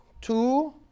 Two